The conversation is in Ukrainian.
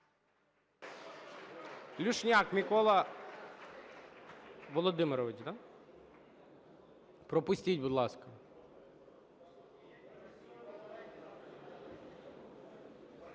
Люшняк Микола Володимирович. Включіть, будь ласка,